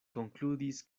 konkludis